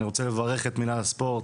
אני רוצה לברך את מינהל הספורט